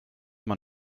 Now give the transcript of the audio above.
man